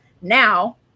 now